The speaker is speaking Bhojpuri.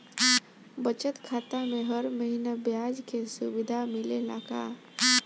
बचत खाता में हर महिना ब्याज के सुविधा मिलेला का?